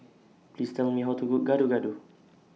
Please Tell Me How to Cook Gado Gado